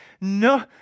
No